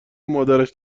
مادرش